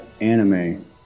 anime